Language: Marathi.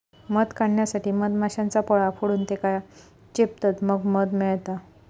मध काढण्यासाठी मधमाश्यांचा पोळा फोडून त्येका चेपतत मग मध मिळता